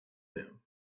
them